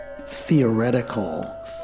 theoretical